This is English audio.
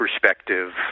perspective